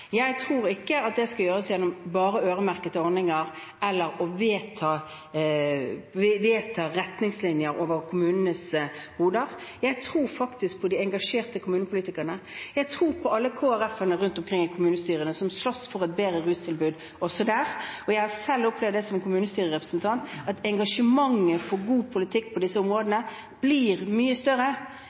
Jeg tror ikke at det skal gjøres bare gjennom øremerkede ordninger eller å vedta retningslinjer over hodet på kommunene. Jeg tror faktisk på de engasjerte kommunepolitikerne. Jeg tror på alle KrF-ere rundt omkring i kommunestyrene som slåss for et bedre rustilbud også der. Jeg har selv opplevd som kommunestyrerepresentant at engasjementet for en god politikk på disse områdene faktisk blir mye større